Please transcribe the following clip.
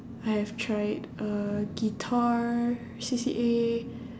I have tried uh guitar C_C_A